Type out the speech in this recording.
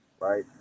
right